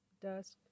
Dusk